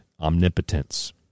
omnipotence